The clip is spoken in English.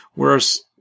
whereas